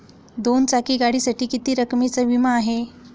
दोन चाकी गाडीसाठी किती रकमेचा विमा आहे?